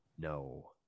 no